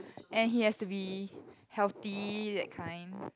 and he has to be healthy that kind